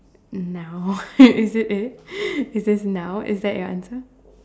now is it is it says now is that your answer